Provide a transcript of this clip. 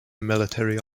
military